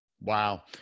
Wow